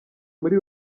muri